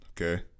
okay